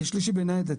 יהיה שלישי בניידת.